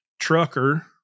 trucker